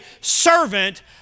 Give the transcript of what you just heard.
servant